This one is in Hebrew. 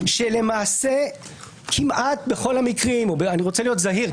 שלמעשה כמעט בכל המקרים אני רוצה להיות זהיר.